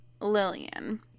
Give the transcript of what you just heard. Lillian